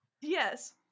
Yes